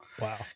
Wow